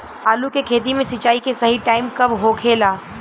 आलू के खेती मे सिंचाई के सही टाइम कब होखे ला?